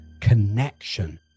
connection